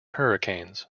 hurricanes